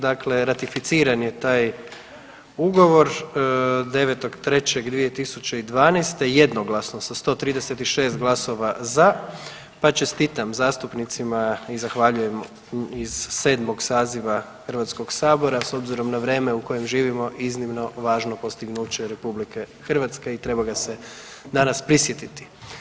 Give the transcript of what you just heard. Dakle, ratificiran je taj ugovor 9.3.2012. jednoglasno sa 136 glasova za, pa čestitam zastupnicima i zahvaljujem iz sedmog saziva Hrvatskog sabora s obzirom na vrijeme u kojem živimo iznimno važno postignuće Republike Hrvatske i treba ga se danas prisjetiti.